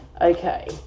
Okay